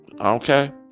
okay